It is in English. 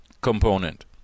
component